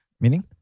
Meaning